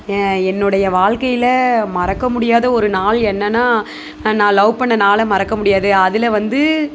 என்னுடைய வாழ்க்கையில் மறக்க முடியாத ஒரு நாள் என்னென்னா நான் லவ் பண்ண நாளை மறக்க முடியாது அதில் வந்து